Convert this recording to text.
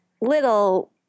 little